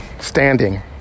standing